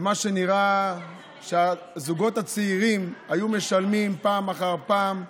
במה שנראה שהזוגות הצעירים היו משלמים פעם אחר פעם,